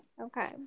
Okay